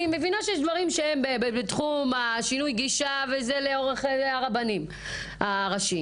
אני מבינה שיש דברים שהם בתחום שינוי הגישה וזה לאורך הרבנים הראשיים,